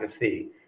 see